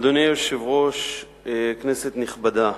אדוני היושב-ראש, כנסת נכבדה,